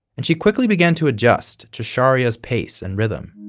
and she quickly began to adjust to sharya's pace and rhythm.